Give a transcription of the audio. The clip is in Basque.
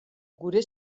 geure